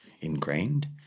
ingrained